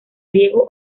riego